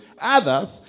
others